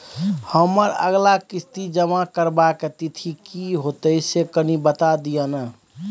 हमर अगला किस्ती जमा करबा के तिथि की होतै से कनी बता दिय न?